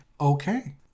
okay